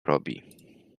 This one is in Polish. robi